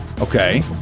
Okay